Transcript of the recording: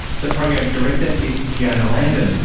the program's director is fiona landon,